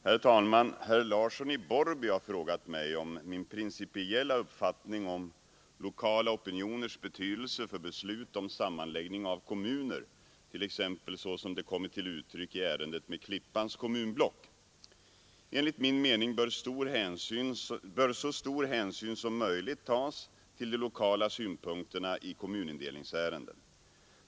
Herr talman! Herr Larsson i Borrby har frågat mig om min principiella uppfattning om lokala opinioners betydelse för beslut om sammanläggning av kommuner, t.ex. såsom det kommit till uttryck i ärendet med Klippans kommunblock. Enligt min mening bör så stor hänsyn som möjligt tas till de lokala synpunkterna i kommunindelningsärenden.